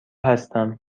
هستم